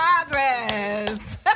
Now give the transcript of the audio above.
progress